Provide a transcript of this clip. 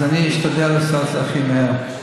אז אני אשתדל לעשות את זה הכי מהר.